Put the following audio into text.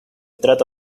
trata